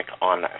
on